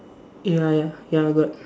ya ya ya I got